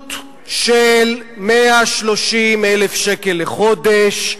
עלות של 130,000 שקל לחודש,